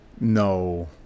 No